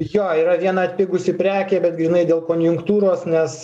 jo yra viena atpigusi prekė bet grynai dėl konjunktūros nes